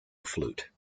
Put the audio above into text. flute